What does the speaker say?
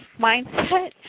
mindset